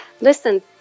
Listen